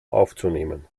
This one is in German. aufzunehmen